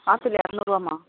apple இரநூறுவாம்மா